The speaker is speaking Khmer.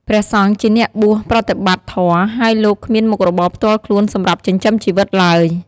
ព្រះសង្ឃជាអ្នកបួសប្រតិបត្តិធម៌ ហើយលោកគ្មានមុខរបរផ្ទាល់ខ្លួនសម្រាប់ចិញ្ចឹមជីវិតឡើយ។